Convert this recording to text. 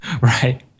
right